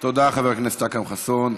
תודה, חבר הכנסת אחמד חסון.